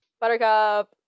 Buttercup